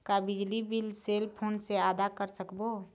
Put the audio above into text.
का बिजली bill cell phone से आदा कर सकबो?